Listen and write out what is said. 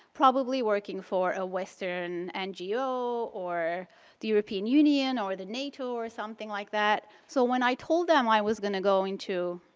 probably working for a western ngo or the european union or the nato or something like that. so when i told them i was going to go into